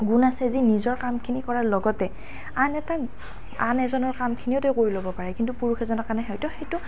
গুণ আছে যে নিজৰ কামখিনি কৰাৰ লগতে আন এটা আনজনৰ কামখিনিও তেওঁ কৰি ল'ব পাৰে কিন্তু পুৰুষ এজনৰ কাৰণে হয়তো সেইটো